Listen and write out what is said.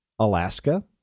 Alaska